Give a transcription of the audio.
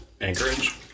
Anchorage